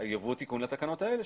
יבוא תיקון לתקנות האלה.